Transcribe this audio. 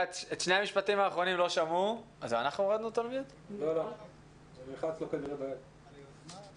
לצערנו, לא שמענו אותך בחצי דקה האחרונה בערך.